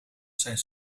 zijn